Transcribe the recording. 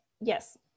yes